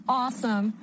awesome